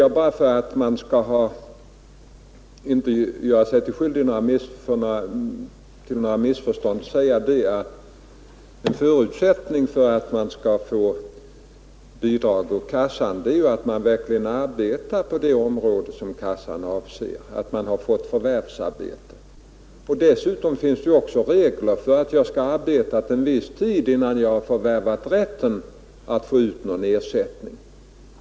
Jag vill också för undvikande av missförstånd säga att en förutsättning för att man skall få bidrag ur kassan är att man verkligen har haft förvärvsarbete på det område som den avser. Dessutom finns det regler om att man skall ha arbetat en viss tid innan man förvärvar rätten att få ut någon ersättning.